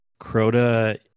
Crota